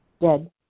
dead